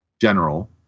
general